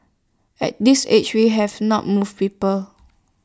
at this age we have none moved people